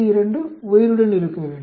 2 உயிருடன் இருக்க வேண்டும்